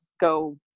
go